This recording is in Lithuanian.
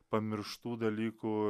pamirštų dalykų